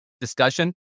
discussion